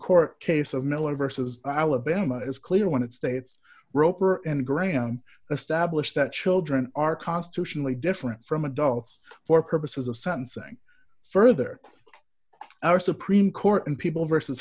court case of miller versus alabama is clear when it states roper and graham established that children are constitutionally different from adults for purposes of sentencing further our supreme court and people versus